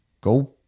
go